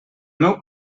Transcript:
meu